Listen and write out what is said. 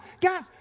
Guys